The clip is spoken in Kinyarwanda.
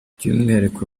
byumwihariko